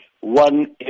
one